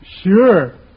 Sure